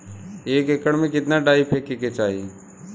एक एकड़ में कितना डाई फेके के चाही?